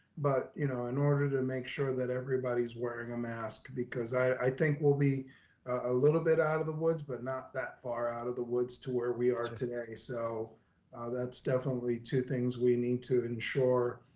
but you know, in order to make sure that everybody's wearing a mask, because i think we'll be a little bit out of the woods, but not that far out of the woods to where we are today. so so definitely two things we need to ensure.